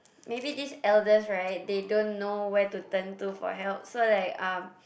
maybe these elders right they don't know where to turn to for help so like um